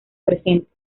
presente